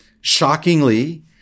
Shockingly